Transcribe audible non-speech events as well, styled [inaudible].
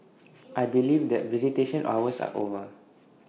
[noise] I believe that visitation hours are over